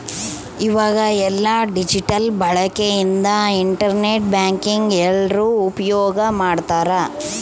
ಈವಾಗ ಎಲ್ಲ ಡಿಜಿಟಲ್ ಬಳಕೆ ಇಂದ ಇಂಟರ್ ನೆಟ್ ಬ್ಯಾಂಕಿಂಗ್ ಎಲ್ರೂ ಉಪ್ಯೋಗ್ ಮಾಡ್ತಾರ